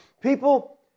People